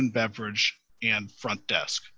and beverage and front desk